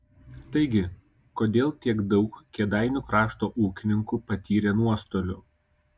taigi kodėl tiek daug kėdainių krašto ūkininkų patyrė nuostolių